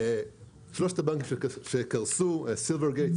שלושת הבנקים שקרסו סילברגייט,